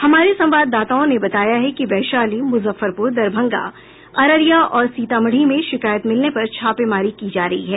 हमारे संवाददाताओं ने बताया है कि वैशाली मुजफ्फरपुर दरभंगा अररिया और सीतामढ़ी में शिकायत मिलने पर छापेमारी की जा रही है